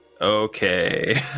Okay